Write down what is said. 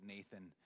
Nathan